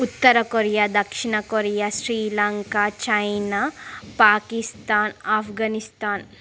ఉత్తర Korea దక్షిణ Korea Sri Lanka China Pakistan Afghanistan